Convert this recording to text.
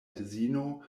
edzino